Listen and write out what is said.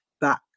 back